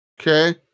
okay